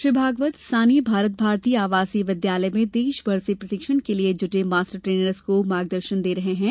श्री भागवत स्थानीय भारत भारती आवासीय विद्यालय में देश भर से प्रशिक्षण के लिए जुटे मास्टर ट्रेनर्स को मार्गदर्शन देंगे